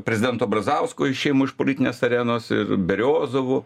prezidento brazausko išėjimu iš politinės arenos ir beriozovu